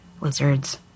lizards